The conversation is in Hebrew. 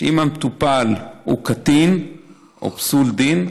אם המטופל הוא קטין או פסול דין,